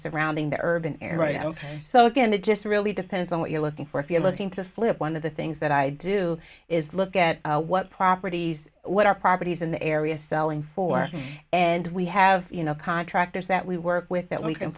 surrounding the urban area so again it just really depends on what you're looking for if you're looking to flip one of the things that i do is look at what properties what our properties in the area selling for and we have you know contractors that we work with that we can